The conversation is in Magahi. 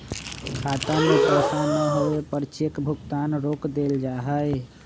खाता में पैसा न होवे पर चेक भुगतान रोक देयल जा हई